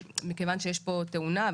שמכיוון שיש פה את התאונה,